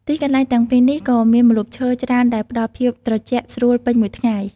ទីកន្លែងទាំងពីរនេះក៏មានម្លប់ឈើច្រើនដែលផ្តល់ភាពត្រជាក់ស្រួលពេញមួយថ្ងៃ។